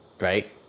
right